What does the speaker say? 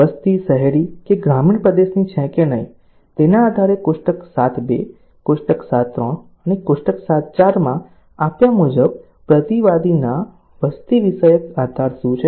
વસ્તી શહેરી કે ગ્રામીણ પ્રદેશની છે કે નહીં તેના આધારે કોષ્ટક 7 2 કોષ્ટક 7 3 અને કોષ્ટક 7 4 માં આપ્યા મુજબ પ્રતિવાદીના વસ્તી વિષયક આધાર શું છે